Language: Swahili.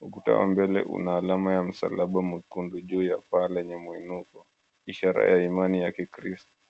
Ukuta wa mbele una alama ya msalaba mwekundu juu ya paa lenye muinuko ishara ya imani ya kikristo.